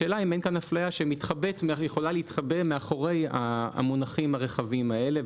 השאלה אם אין כאן אפליה שיכולה להתחבא מאחורי המונחים הרחבים האלה,